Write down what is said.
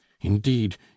indeed